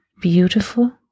beautiful